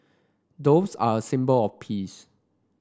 doves are a symbol of peace